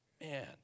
Man